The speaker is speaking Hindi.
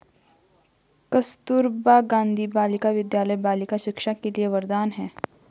कस्तूरबा गांधी बालिका विद्यालय बालिका शिक्षा के लिए वरदान है